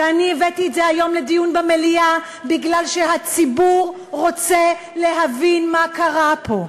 ואני הבאתי את זה היום לדיון במליאה בגלל שהציבור רוצה להבין מה קרה פה.